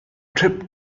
trip